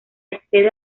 accede